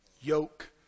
Yoke